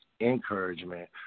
encouragement